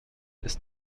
ist